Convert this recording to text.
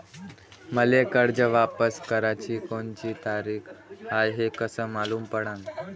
मले कर्ज वापस कराची कोनची तारीख हाय हे कस मालूम पडनं?